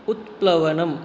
उत्प्लवनम्